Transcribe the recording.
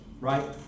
right